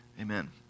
Amen